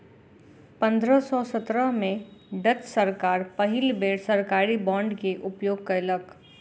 पंद्रह सौ सत्रह में डच सरकार पहिल बेर सरकारी बांड के उपयोग कयलक